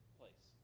place